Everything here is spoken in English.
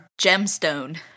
gemstone